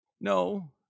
No